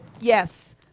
yes